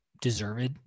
deserved